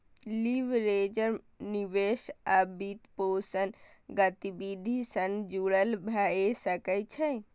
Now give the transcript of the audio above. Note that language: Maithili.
लीवरेज निवेश आ वित्तपोषण गतिविधि सं जुड़ल भए सकै छै